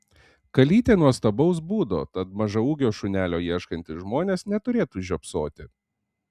kalytė nuostabaus būdo tad mažaūgio šunelio ieškantys žmonės neturėtų žiopsoti